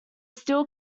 steel